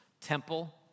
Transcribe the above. Temple